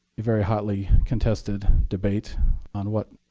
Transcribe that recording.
a very hotly contested debate on what